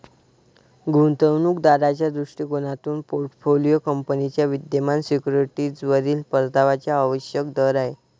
गुंतवणूक दाराच्या दृष्टिकोनातून पोर्टफोलिओ कंपनीच्या विद्यमान सिक्युरिटीजवरील परताव्याचा आवश्यक दर आहे